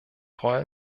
freue